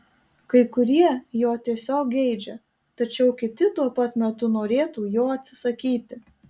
kai kurie jo tiesiog geidžia tačiau kiti tuo pat metu norėtų jo atsisakyti